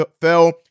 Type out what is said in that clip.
fell